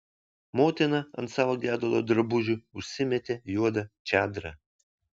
motina ant savo gedulo drabužių užsimetė juodą čadrą